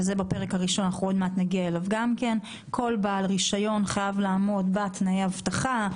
וזה בפרק שתכף נגיע אליו חייב לעמוד בתנאי האבטחה,